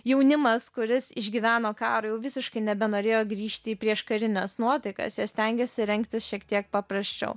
jaunimas kuris išgyveno karą jau visiškai nebenorėjo grįžti į prieškarines nuotaikas ir stengėsi rengtis šiek tiek paprasčiau